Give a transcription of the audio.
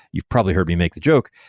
you've probably heard me make the joke.